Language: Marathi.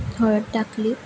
हळद टाकली